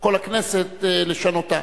כל הכנסת לשנותה.